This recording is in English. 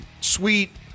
sweet